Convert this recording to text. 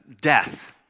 death